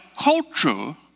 culture